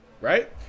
right